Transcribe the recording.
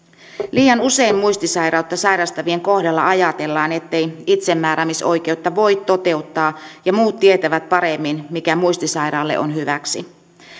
liian usein muistisairautta sairastavien kohdalla ajatellaan ettei itsemääräämisoikeutta voi toteuttaa ja että muut tietävät paremmin mikä muistisairaalle on hyväksi